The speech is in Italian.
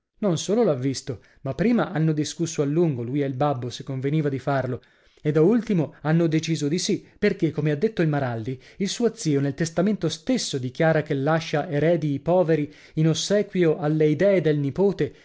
non solo l'ha visto ma prima hanno discusso a lungo lui e il babbo se conveniva di farlo e da ultimo hanno deciso di sì perché come ha detto il maralli il suo zio nel testamento stesso dichiara che lascia eredi i poveri in ossequio alle idee del nipote